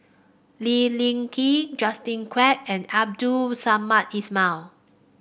Lee Ling Yen Justin Quek and Abdul Samad Ismail